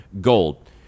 gold